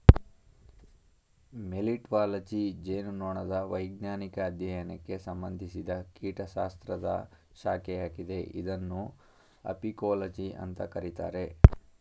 melittology ಜೇನುನೊಣದ ವೈಜ್ಞಾನಿಕ ಅಧ್ಯಯನಕ್ಕೆ ಸಂಬಂಧಿಸಿದ ಕೀಟಶಾಸ್ತ್ರದ ಶಾಖೆಯಾಗಿದೆ ಇದನ್ನು ಅಪಿಕೋಲಜಿ ಅಂತ ಕರೀತಾರೆ